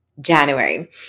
January